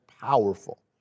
powerful